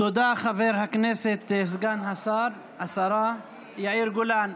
תודה, חבר הכנסת וסגן השרה יאיר גולן.